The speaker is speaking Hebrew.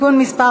(תיקון מס'